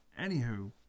Anywho